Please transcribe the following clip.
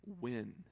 Win